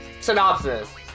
synopsis